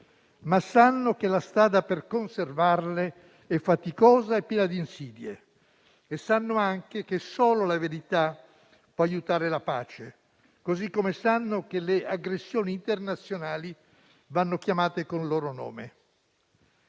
ma sanno che la strada per conservarle è faticosa e piena di insidie. E sanno anche che solo la verità può aiutare la pace, così come sanno che le aggressioni internazionali vanno chiamate con il loro nome.